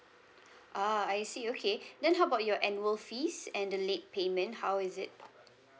ah I see okay then how about your annual fees and the late payment how is it